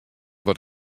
wat